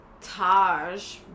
Taj